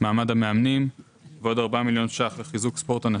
מעמד המאמנים ועוד 4 מיליון שקלים לחיזוק ספורט הנכים.